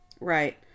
Right